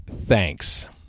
Thanks